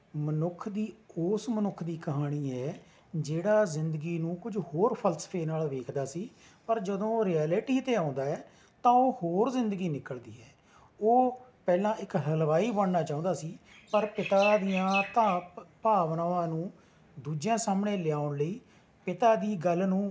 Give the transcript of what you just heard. ਮਨੁੱਖ ਦੀ ਉਸ ਮਨੁੱਖ ਦੀ ਕਹਾਣੀ ਹੈ ਜਿਹੜਾ ਜ਼ਿੰਦਗੀ ਨੂੰ ਕੁੱਝ ਹੋਰ ਫਲਸਫੇ ਨਾਲ ਵੇਖਦਾ ਸੀ ਪਰ ਜਦੋਂ ਰਿਐਲਿਟੀ 'ਤੇ ਆਉਂਦਾ ਹੈ ਤਾਂ ਉਹ ਹੋਰ ਜ਼ਿੰਦਗੀ ਨਿਕਲਦੀ ਹੈ ਉਹ ਪਹਿਲਾਂ ਇੱਕ ਹਲਵਾਈ ਬਣਨਾ ਚਾਹੁੰਦਾ ਸੀ ਪਰ ਪਿਤਾ ਦੀਆਂ ਭਾਵ ਭਾਵਨਾਵਾਂ ਨੂੰ ਦੂਜਿਆਂ ਸਾਹਮਣੇ ਲਿਆਉਣ ਲਈ ਪਿਤਾ ਦੀ ਗੱਲ ਨੂੰ